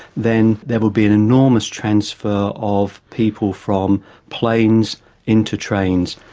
then there would be an enormous transfer of people from planes into trains,